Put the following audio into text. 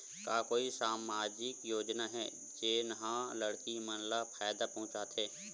का कोई समाजिक योजना हे, जेन हा लड़की मन ला फायदा पहुंचाथे?